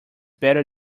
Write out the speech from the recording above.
better